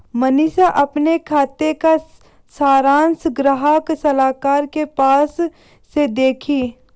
मनीषा अपने खाते का सारांश ग्राहक सलाहकार के पास से देखी